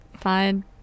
fine